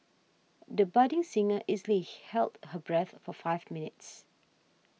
the budding singer easily held her breath for five minutes